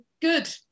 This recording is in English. good